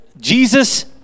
Jesus